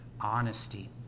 honesty